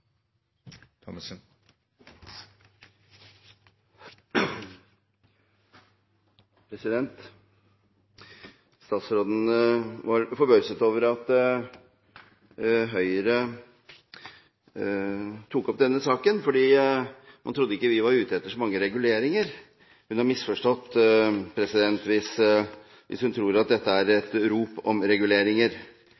dette markedet. Statsråden var forbauset over at Høyre tok opp denne saken, for man trodde ikke vi var ute etter så mange reguleringer. Hun har misforstått hvis hun tror at dette er